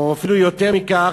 או אפילו יותר מכך.